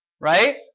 Right